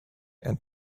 and